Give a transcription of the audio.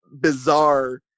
bizarre